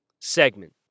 segment